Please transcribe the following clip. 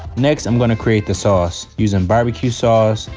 next, i'm gonna create the sauce using barbecue sauce,